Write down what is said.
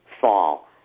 fall